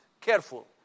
Careful